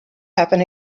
happen